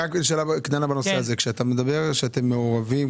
כשאתה אומר שאתם מעורבים,